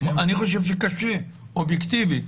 אני חושב שקשה אובייקטיבית